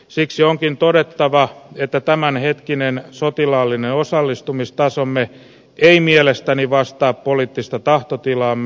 siksi onkin todettava että tämänhetkinen sotilaallinen osallistumistasomme ei mielestäni vastaa poliittista tahtotilaamme